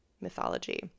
mythology